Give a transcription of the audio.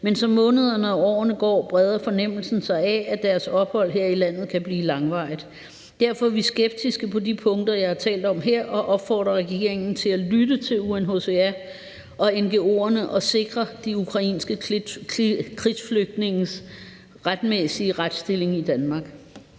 men som månederne og årene går, breder fornemmelsen sig af, at deres ophold her i landet kan blive langvarigt. Derfor er vi skeptiske på de punkter, jeg har talt om her, og opfordrer regeringen til at lytte til UNHCR og ngo'erne og sikre de ukrainske krigsflygtninges retmæssige retsstilling i Danmark.